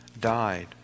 died